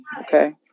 okay